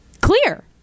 clear